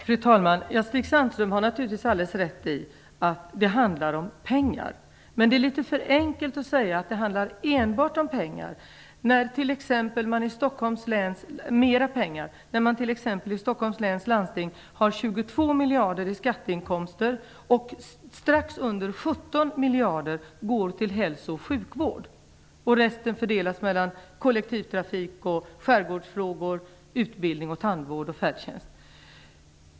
Fru talman! Stig Sandström har naturligtvis alldeles rätt i att det handlar om pengar. Men det är litet för enkelt att säga att det enbart handlar om mer pengar. I t.ex. Stockholms läns landsting har man 22 miljarder kronor i skatteinkomster, och litet mindre än 17 miljarder kronor går till hälso och sjukvård. Resten fördelas mellan kollektivtrafik, skärgårdsfrågor, utbildning, tandvård och färdtjänst.